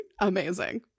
amazing